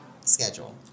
schedule